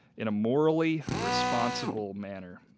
in a morally responsible manner.